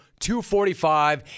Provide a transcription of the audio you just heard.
245